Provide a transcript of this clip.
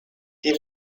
die